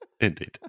Indeed